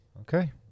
Okay